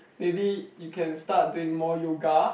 maybe you can start doing more yoga